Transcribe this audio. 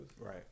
Right